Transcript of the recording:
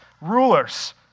rulers